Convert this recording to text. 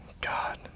God